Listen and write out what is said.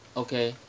okay